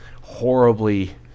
horribly